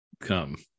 come